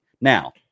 now